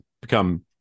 become